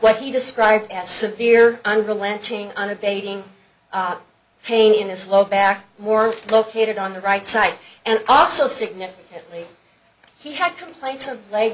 what he described as severe unrelenting unabating pain in his low back more located on the right side and also significantly he had complaints of late